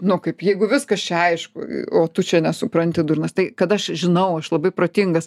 nu kaip jeigu viskas čia aišku o tu čia nesupranti durnas tai kad aš žinau aš labai protingas